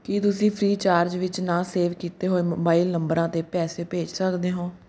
ਕੀ ਤੁਸੀਂਂ Freecharge ਵਿੱਚ ਨਾਮ ਸੇਵ ਕਿਤੇ ਹੋਏ ਮੋਬਾਈਲ ਨੰਬਰਾਂ 'ਤੇ ਪੈਸੇ ਭੇਜ ਸਕਦੇ ਹੋ